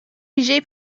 ویژهی